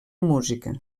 música